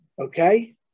okay